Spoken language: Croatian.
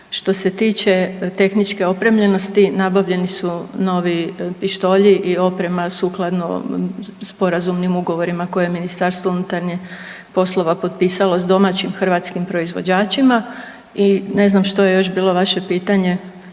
Što se tiče tehničke opremljenosti, nabavljeni su novi pištolji i oprema sukladno sporazumnim ugovorima koje je Ministarstvo unutarnjih poslova potpisalo s domaćim hrvatskim proizvođačima. I ne znam što je još bilo vaše pitanje,